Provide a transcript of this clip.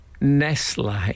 Nestle